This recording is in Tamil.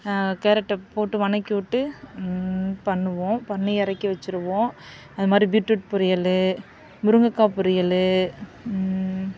கேரட்டை போட்டு வணக்கி விட்டு பண்ணுவோம் பண்ணி இறக்கி வச்சுருவோம் அது மாதிரி பீட்ரூட் பொரியல் முருங்கக்காய் பொரியல்